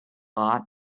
lot